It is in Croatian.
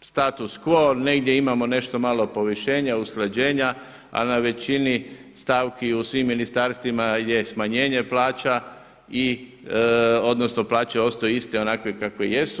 status quo, negdje imamo nešto malo povišenje, usklađenja, a na većini stavki u svim ministarstvima je smanjenje plaća i odnosno plaće ostaju iste onakve kakve jesu.